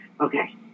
Okay